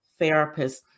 therapists